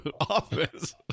office